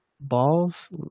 Ball's